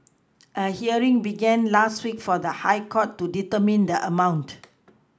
a hearing began last week for the high court to determine the amount